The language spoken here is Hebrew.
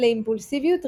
לאימפולסיביות רגשית.